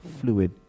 fluid